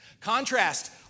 Contrast